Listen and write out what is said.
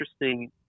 interesting